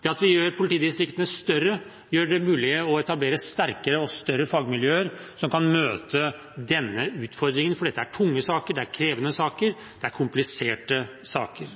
Det at vi gjør politidistriktene større, gjør det mulig å etablere sterkere og større fagmiljøer som kan møte denne utfordringen. For dette er tunge saker, det er krevende saker, det er kompliserte saker.